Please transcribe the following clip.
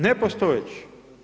Nepostojećih.